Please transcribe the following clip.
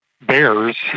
bears